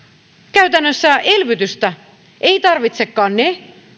käytännössä elvytystä eivät tarvitsekaan ne